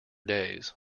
days